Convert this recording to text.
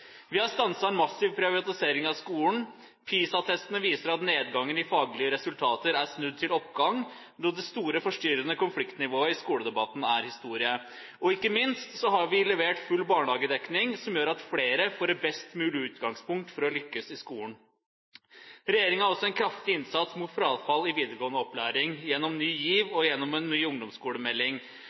Vi har stanset en massiv privatisering av skolen. PISA-testene viser at nedgangen i faglige resultater er snudd til oppgang. Det store forstyrrende konfliktnivået i skoledebatten er historie. Ikke minst har vi levert full barnehagedekning, som gjør at flere får best mulig utgangspunkt for å lykkes i skolen. Regjeringen har også en kraftig innsats mot frafall i videregående opplæring gjennom Ny GIV og gjennom en ny ungdomsskolemelding.